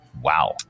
Wow